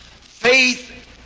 faith